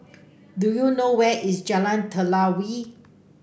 do you know where is Jalan Telawi